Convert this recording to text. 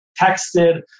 texted